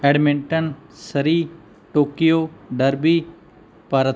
Edmonton Surrey Tokyo Derby Bharat